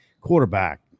quarterback